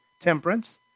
temperance